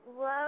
love